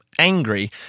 Angry